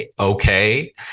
okay